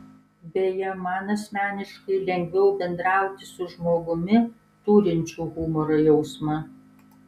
beje man asmeniškai lengviau bendrauti su žmogumi turinčiu humoro jausmą